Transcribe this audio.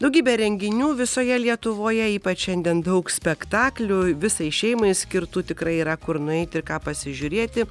daugybė renginių visoje lietuvoje ypač šiandien daug spektaklių visai šeimai skirtų tikrai yra kur nueiti ir ką pasižiūrėti